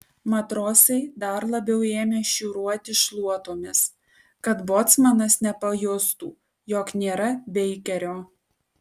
matrosai dar labiau ėmė šiūruoti šluotomis kad bocmanas nepajustų jog nėra beikerio